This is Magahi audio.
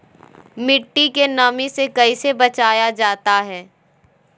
मट्टी के नमी से कैसे बचाया जाता हैं?